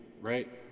Right